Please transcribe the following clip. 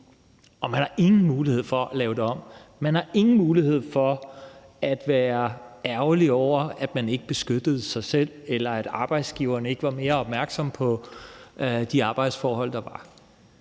Man har ingen mulighed for at lave det om. Man har ingen mulighed for at være ærgerlig over, at man ikke beskyttede sig selv, eller at arbejdsgiveren ikke var mere opmærksom på de arbejdsforhold, der var.